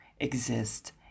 exist